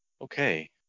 Okay